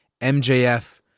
MJF